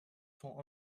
sont